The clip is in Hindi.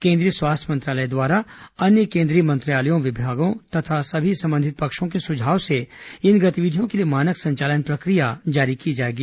केंद्रीय स्वास्थ्य मंत्रालय द्वारा अन्य केंद्रीय मंत्रालयों और विभागों तथा सभी संबंधित पक्षों के सुझाव से इन गतिविधियों के लिए मानक संचालन प्रक्रिया जारी की जाएगी